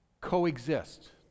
coexist